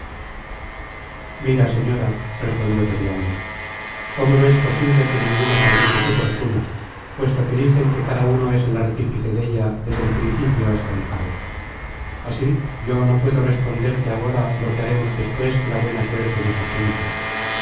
mira señora respondió periandro como no es posible que ninguno fabrique su fortuna puesto que dicen que cada uno es el artífice della desde el principio hasta el cabo así yo no puedo responderte agora lo que haremos despues que la buena suerte nos ajunte